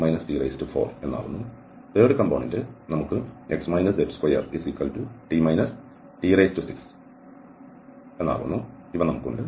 മൂന്നാമത്തെ കോംപോണേന്റ് നമുക്ക് x z2t t6 എന്നിവ ഉണ്ട്